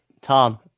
Tom